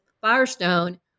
Firestone